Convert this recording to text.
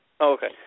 Okay